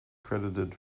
credited